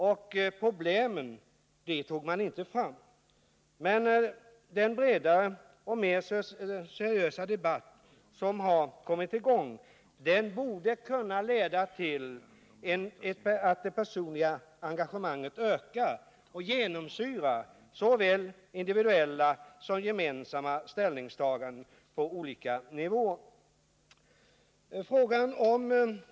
I den debatten kom de verkliga problemen inte fram. Men den breda och mer seriösa debatt som nu har kommit i gång borde kunna leda till att det personliga engagemanget ökar och genomsyrar såväl individuella som gemensamma ställningstaganden på olika nivåer.